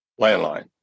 landline